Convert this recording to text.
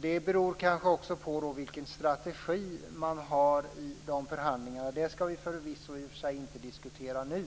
Det beror kanske också på vilken strategi man har i förhandlingarna, vilket vi förvisso inte skall diskutera nu.